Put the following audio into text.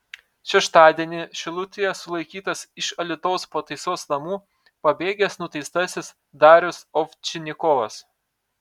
šeštadienį šilutėje sulaikytas iš alytaus pataisos namų pabėgęs nuteistasis darius ovčinikovas